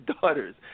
daughters